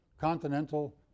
continental